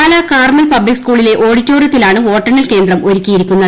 Pala Carmel public സ്കൂളിലെ ഓഡിറ്റോറിയത്തിലാണ് വോട്ടെണ്ണൽ കേന്ദ്രം ഒരുക്കിയിരിക്കുന്നത്